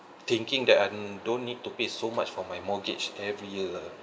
thinking that I don't need to pay so much for my mortgage every year ah